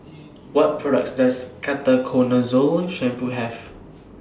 What products Does Ketoconazole Shampoo Have